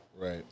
Right